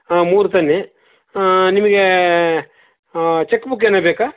ಹಾಂ ಮೂರು ತನ್ನಿ ಹಾಂ ನಿಮಗೆ ಚೆಕ್ ಬುಕ್ ಏನಾರು ಬೇಕಾ